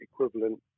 equivalent